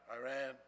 Iran